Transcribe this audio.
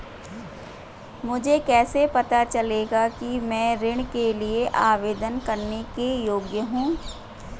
मुझे कैसे पता चलेगा कि मैं ऋण के लिए आवेदन करने के योग्य हूँ?